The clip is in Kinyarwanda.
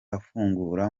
afungura